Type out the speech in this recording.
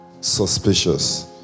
Suspicious